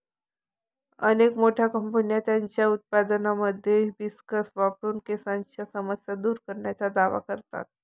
अनेक मोठ्या कंपन्या त्यांच्या उत्पादनांमध्ये हिबिस्कस वापरून केसांच्या समस्या दूर करण्याचा दावा करतात